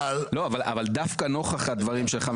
אבל דווקא נוכח הדברים שלך,